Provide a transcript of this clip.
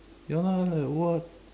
ya lah like what